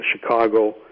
Chicago